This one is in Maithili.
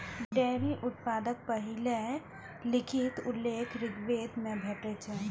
डेयरी उत्पादक पहिल लिखित उल्लेख ऋग्वेद मे भेटै छै